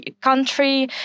country